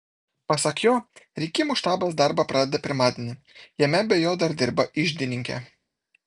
pasak jo rinkimų štabas darbą pradeda pirmadienį jame be jo dar dirba iždininkė